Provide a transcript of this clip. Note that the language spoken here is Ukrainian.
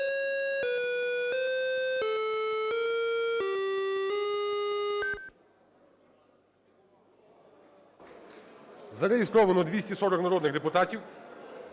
Зареєстровано 240 народних депутатів.